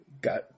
got